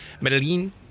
medellin